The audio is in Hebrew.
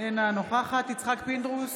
אינה נוכחת יצחק פינדרוס,